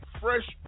fresh